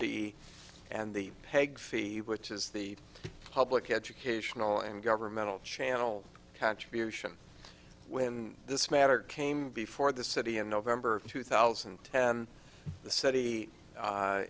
fee and the peg fee which is the public educational and governmental channel contribution when this matter came before the city in november of two thousand and ten the city